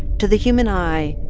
to the human eye,